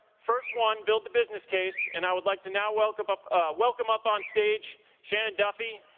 first one build a business case, and i would like to now welcome up welcome up on stage shannon duffy,